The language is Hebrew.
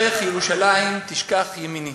"אם אשכחך ירושלים תשכח ימיני